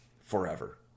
forever